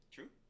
True